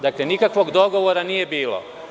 Dakle, nikakvog dogovora nije bilo.